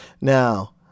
Now